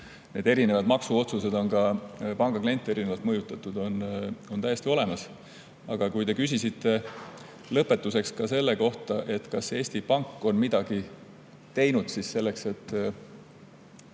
kuidas erinevad maksuotsused on ka pangakliente erinevalt mõjutanud, on täiesti olemas. Te küsisite lõpetuseks ka selle kohta, kas Eesti Pank on midagi teinud selleks, et